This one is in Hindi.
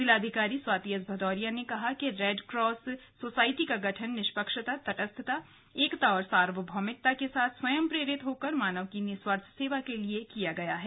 जिलाधिकारी स्वाति एस भदौरिया ने कहा कि रेडक्रॉस सोसाइटी का गठन निष्पक्षता तटस्थता एकता और सार्वभौमिकता के साथ स्वयं प्रेरित होकर मानव की निस्वार्थ सेवा के लिए किया गया है